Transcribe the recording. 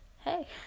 Hey